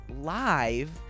live